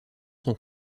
sont